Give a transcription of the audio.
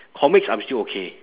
comics I'm still okay